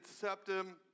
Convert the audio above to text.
septum